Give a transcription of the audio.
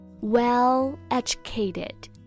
well-educated